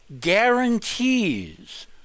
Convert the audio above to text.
guarantees